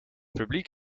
publiek